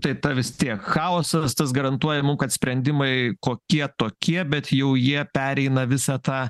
tai ta vis tiek chaosas tas garantuojama kad sprendimai kokie tokie bet jau jie pereina visą tą